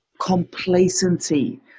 complacency